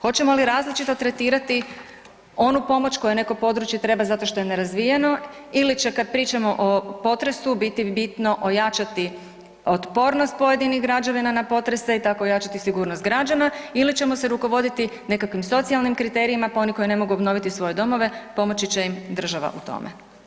Hoćemo li različito tretirati onu pomoću koje neko područje treba zato što je nerazvijeno ili će kad pričamo o potresu biti bitno ojačati otpornost pojedinih građevina na potrese i tako ojačati sigurnost građana ili ćemo se rukovoditi nekakvim socijalnim kriterijima pa oni koji ne mogu obnoviti svoje domove pomoći će im država u tome?